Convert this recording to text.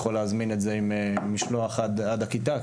ויכול להזמין את זה עם משלוח עד הכיתה,